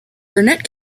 burnett